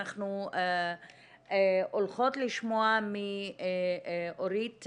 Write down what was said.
אנחנו הולכות לשמוע מאורית,